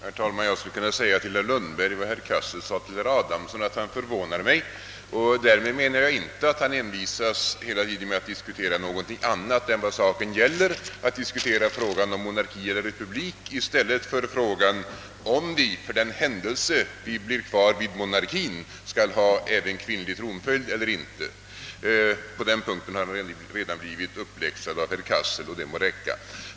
Herr talman! Jag skulle vilja säga till herr Lundberg vad herr Cassel sade till herr Adamsson, att han förvånar mig. Därmed syftar jag inte på att han hela tiden envisas med att diskutera någonting annat än vad saken gäller, nämligen frågan om monarki eller republik, i stället för frågan om vi, för den händelse vi fasthåller vid monarkien, skall ha även kvinnlig tronföljd. På den punkten har han redan blivit uppläxad av herr Cassel, och det får räcka.